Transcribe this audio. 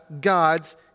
God's